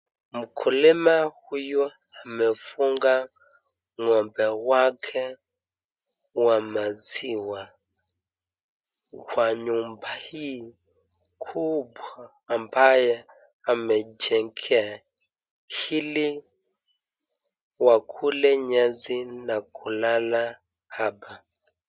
Mkulima huyu amefunga ng'ombe wake wa maziwa kwa nyumba hii kubwa ambayo amejengea ili wakule nyasi na wakule hapa.